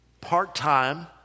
part-time